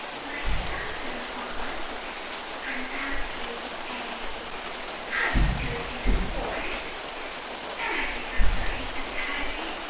my father was undoubtedly a high-spirited horse and i take after him entirely.